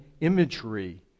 imagery